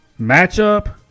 matchup